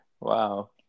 wow